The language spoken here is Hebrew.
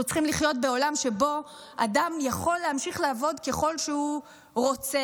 אנחנו צריכים לחיות בעולם שבו אדם יכול להמשיך לעבוד ככל שהוא רוצה,